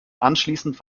anschließend